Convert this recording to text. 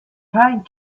pine